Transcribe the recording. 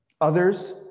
Others